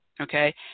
Okay